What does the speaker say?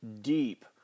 deep